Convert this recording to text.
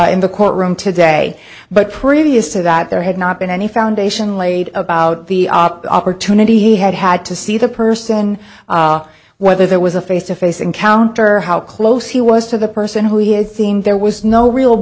in the courtroom today but previous to that there had not been any foundation laid about the opportunity he had had to see the person whether there was a face to face encounter how close he was to the person who he had seen there was no real